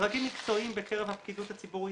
דרגים מקצועיים בקרב הפקידות הציבורית,